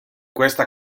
questo